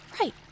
right